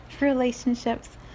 relationships